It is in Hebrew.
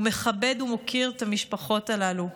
הוא מכבד ומוקיר את המשפחות הללו.